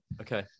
Okay